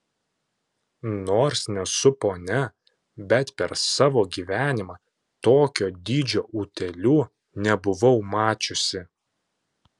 nors nesu ponia bet per savo gyvenimą tokio dydžio utėlių nebuvau mačiusi